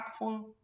impactful